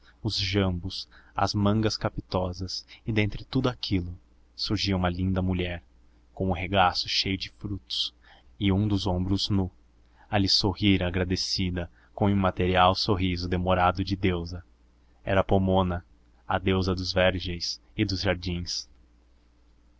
os jambos as mangas capitosas e dentre tudo aquilo surgia uma linda mulher com o regaço cheio de frutos e um dos ombros nu a lhe sorrir agradecida com um imaterial sorriso demorado de deusa era pomona a deusa dos vergéis e dos jardins